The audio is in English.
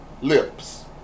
lips